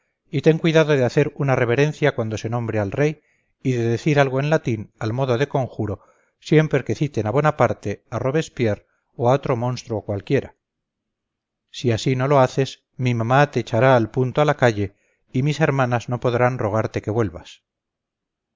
y ten cuidado de hacer una reverencia cuando se nombre al rey y de decir algo en latín al modo de conjuro siempre que citen a bonaparte a robespierre o a otro monstruo cualquiera si así no lo haces mi mamá te echará al punto a la calle y mis hermanas no podrán rogarte que vuelvas